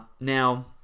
Now